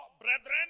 brethren